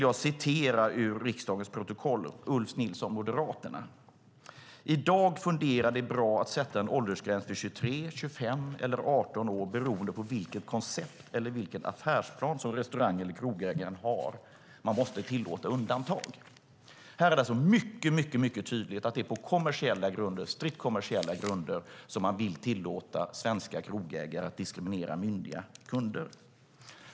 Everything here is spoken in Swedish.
Jag citerar ur riksdagens protokoll. Det är Gustav Nilsson från Moderaterna som talar: "I dag fungerar det bra att sätta en åldersgräns till 23, 25 eller även en 18-årsgräns beroende på vilket koncept eller vilken affärsplan som restaurangen eller krogägaren har. Man måste få tillåta undantag." Här är det alltså mycket tydligt att det är på strikt kommersiella grunder som man vill tillåta svenska krogägare att diskriminera myndiga kunder.